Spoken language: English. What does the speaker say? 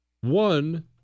One